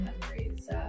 memories